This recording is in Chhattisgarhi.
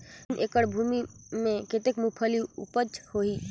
तीन एकड़ भूमि मे कतेक मुंगफली उपज होही?